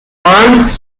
man